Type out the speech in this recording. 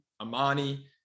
Amani